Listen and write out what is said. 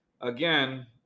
again